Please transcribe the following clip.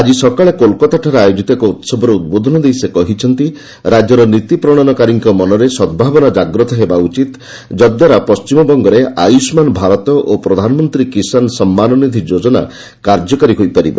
ଆଜି ସକାଳେ କୋଲାକାତାଠାରେ ଆୟୋଜିତ ଏକ ଉତ୍ସବରେ ଉଦ୍ବୋଧନ ଦେଇ ସେ କହିଛନ୍ତି' ରାଜ୍ୟର ନୀତି ପ୍ରଣୟନକାରୀଙ୍କ ମନରେ ସଦ୍ଭାବନା ଜାଗତ ହେବା ଉଚିତ୍ ଯାହାଦ୍ୱାରା ପଶ୍ଚିମବଙ୍ଗରେ ଆୟୁଷ୍ମାନ ଭାରତ ଓ ପ୍ରଧାନମନ୍ତ୍ରୀ କିଷାନ ସମ୍ମାନନିଧି ଯୋଜନା କାର୍ଯ୍ୟକାରୀ ହୋଇପାରିବ